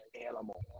animal